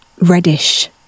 reddish